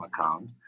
account